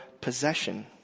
possession